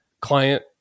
client